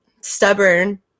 stubborn